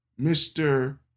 Mr